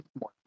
more